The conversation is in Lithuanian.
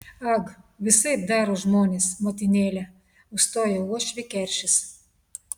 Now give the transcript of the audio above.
ag visaip daro žmonės motinėle užstojo uošvį keršis